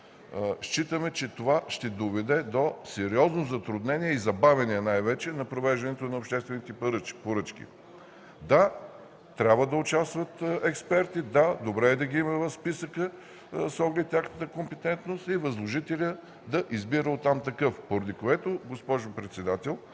Считаме, че това ще доведе до сериозно затруднение и забавяне най-вече на провеждането на обществените поръчки. Да, трябва да участват експерти, да, добре е да ги има в списъка с оглед тяхната компетентност, и възложителят да избира оттам такъв. Госпожо председател,